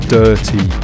dirty